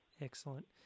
Excellent